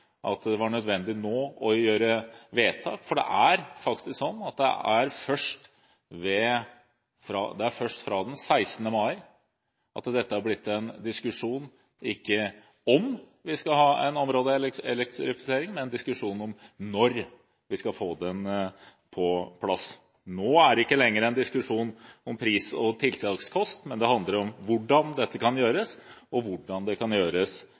at det var nødvendig nå å gjøre vedtak. Det er først fra den 16. mai at dette har blitt en diskusjon – ikke om vi skal ha en områdeelektrifisering, men en diskusjon om når vi skal få den på plass. Nå er det ikke lenger en diskusjon om pris- og tiltakskostnader, men det handler om hvordan dette kan gjøres, og hvordan det kan gjøres